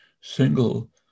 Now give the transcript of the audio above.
single